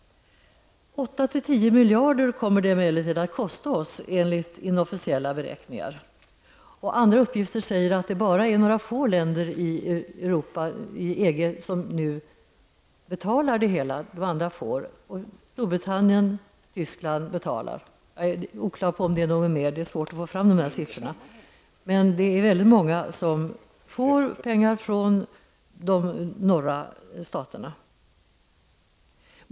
8--10 miljarder kommer det emellertid att kosta oss netto enligt inofficiella beräkningar. Enligt andra uppgifter är det bara få länder inom EG som nu betalar. Storbritannien och Tyskland bl.a. betalar, men det är oklart om det är fler, eftersom det är svårt att få fram siffrorna. Men det är väldigt många som får pengar från de norra staterna.